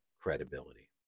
credibility